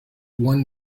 one